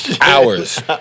hours